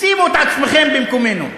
שימו את עצמכם במקומנו.